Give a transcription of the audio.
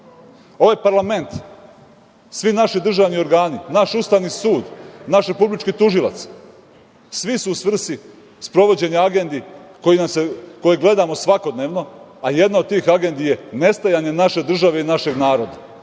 parlament, svi naši državni organi, naš Ustavni sud, naš republički tužilac, svi su u svrsi sprovođenja agendi koje gledamo svakodnevno, a jedna od tih agendi je nestajanje naše države i našeg naroda.